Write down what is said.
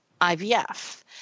IVF